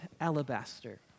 alabaster